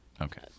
Okay